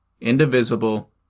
indivisible